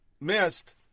missed